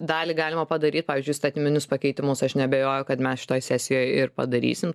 dalį galima padaryt pavyzdžiui įstatyminius pakeitimus aš neabejoju kad mes šitoj sesijoj ir padarysim